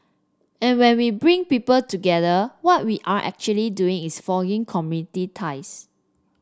and when we bring people together what we are actually doing is forging community ties